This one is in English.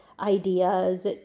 Ideas